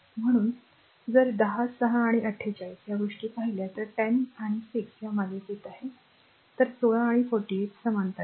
म्हणून जर 10 6 आणि 48 या गोष्टी पाहिल्या तर 10 आणि 6 या मालिकेत आहेत तर 16 आणि 48 समांतर आहेत